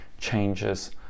changes